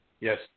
Yes